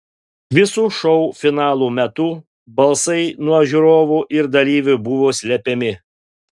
visų šou finalų metu balsai nuo žiūrovų ir dalyvių buvo slepiami